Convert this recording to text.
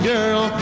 Girl